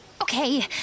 okay